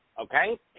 Okay